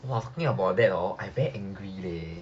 !wah! asking about that hor I very angry leh